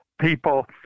people